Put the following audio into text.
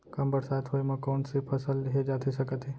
कम बरसात होए मा कौन से फसल लेहे जाथे सकत हे?